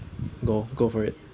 go go for it